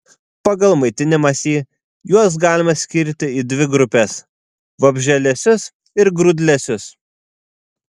pagal maitinimąsi juos galima skirti į dvi grupes vabzdžialesius ir grūdlesius